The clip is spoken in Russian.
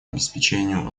обеспечению